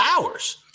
hours